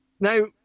Now